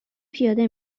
پیاده